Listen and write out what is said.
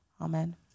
Amen